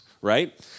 right